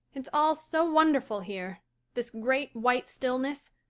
it's all so wonderful here this great, white stillness,